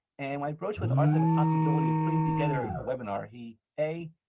and when i broached with arthur the possibility of putting together a webinar, he a,